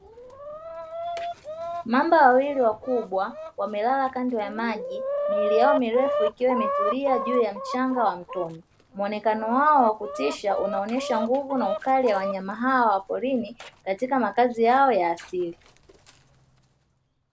Mamba wawili wakubwa wamelala kando ya maji miili yao mirefu ikiwa imetulia juu ya mchanga wa mtoni mwonekano wao wa kutisha unaonyesha nguvu na ukali ya wanyama hawa wa porini katika makazi yao ya asili.